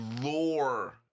lore